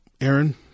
Aaron